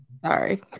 sorry